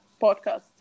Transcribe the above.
podcast